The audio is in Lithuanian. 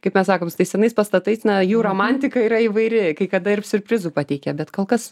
kaip mes sakom su tais senais pastatais na jų romantika yra įvairi kai kada ir siurprizų pateikia bet kol kas